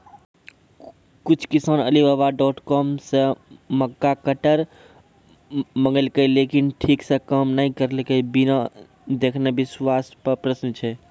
कुछ किसान Alibaba dot com से मक्का कटर मंगेलके लेकिन ठीक से काम नेय करलके, बिना देखले विश्वास पे प्रश्न छै?